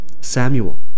Samuel